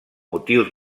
motius